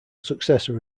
successor